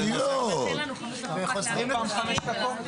18:17.